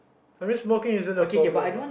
I mean small case isn't a problem lah